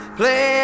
play